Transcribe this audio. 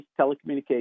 telecommunications